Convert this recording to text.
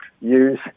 use